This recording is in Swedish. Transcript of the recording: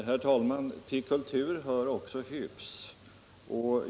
Herr talman! Till kultur hör också hyfs.